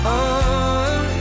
on